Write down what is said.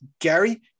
Gary